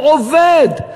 הוא עובד,